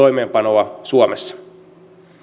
sopimuksen toimeenpanoa suomessa